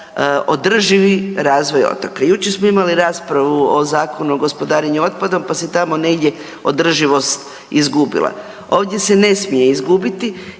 održivi razvoj otoka. Jučer smo imali raspravu o Zakonu o gospodarenju otpadom pa se tamo negdje održivost izgubila, ovdje se ne smije izgubiti